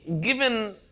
given